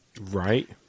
Right